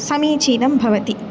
समीचीनं भवति